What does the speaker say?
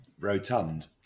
Rotund